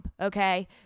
okay